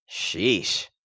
Sheesh